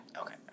Okay